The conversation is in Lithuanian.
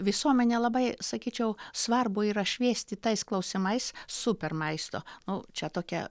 visuomenę labai sakyčiau svarbu yra šviesti tais klausimais super maisto nu čia tokia